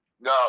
no